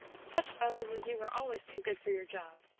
such fellows as you are always too good for your job.